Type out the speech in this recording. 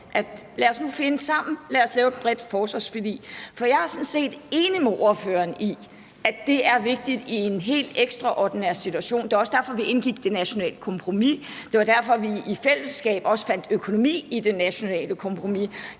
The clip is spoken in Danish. Lad os nu finde sammen og lave et bredt forsvarsforlig. For jeg er sådan set enig med ordføreren i, at det er vigtigt i en helt ekstraordinær situation. Det var også derfor, at vi indgik det nationale kompromis, og det var derfor, at vi i fællesskab fandt økonomi i det nationale kompromis,